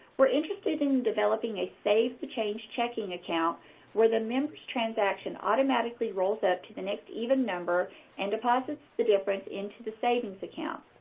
we're interested in developing a save the change checking account where the member's transaction automatically rolls up to the next even number and deposits the difference into the savings account.